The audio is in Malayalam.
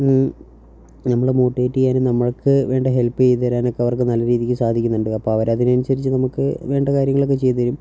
നമ്മളെ മോട്ടിവേറ്റ് ചെയ്യാനും നമ്മൾക്കുവേണ്ട ഹെൽപ്പ് ചെയ്തു തരാനൊക്കെ അവർക്ക് നല്ല രീതിയ്ക്ക് സാധിക്കുന്നുണ്ട് അപ്പോൾ അവരതിനനുസരിച്ച് നമുക്ക് വേണ്ട കാര്യങ്ങളൊക്കെ ചെയ്തുതരും